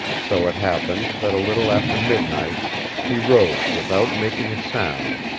so it happened that a little after midnight he rose without making a sound,